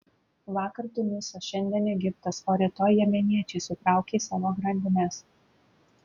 vakar tunisas šiandien egiptas o rytoj jemeniečiai sutraukys savo grandines